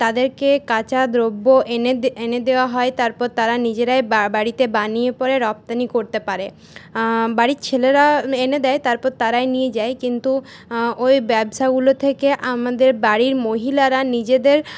তাদেরকে কাঁচা দ্রব্য এনে এনে দেওয়া হয় তারপর তারা নিজেরাই বাড়িতে বানিয়ে পরে রপ্তানি করতে পারে বাড়ির ছেলেরা এনে দেয় তারপর তারাই নিয়ে যায় কিন্তু ওই ব্যবসাগুলি থেকে আমাদের বাড়ির মহিলারা নিজেদের